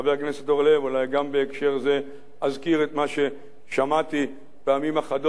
אולי גם בהקשר זה אזכיר את מה ששמעתי פעמים אחדות מאבי מורי,